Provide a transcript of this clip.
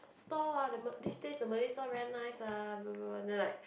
stall ah the M~ this place the Malay stall very nice then like